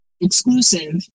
exclusive